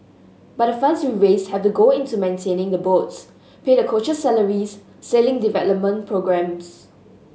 but the funds we raise have to go into maintaining the boats pay the coaches salaries sailing development programmes